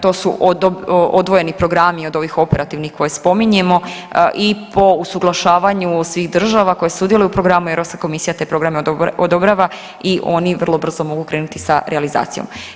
To su odvojeni programi od ovih operativnih koje spominjemo i po usuglašavanju svih država koje sudjeluju u programu, EK te programe odobrava i oni vrlo brzo mogu krenuti sa realizacijom.